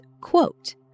quote